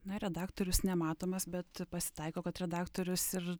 na redaktorius nematomas bet pasitaiko kad redaktorius ir